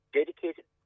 dedicated